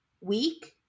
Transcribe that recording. week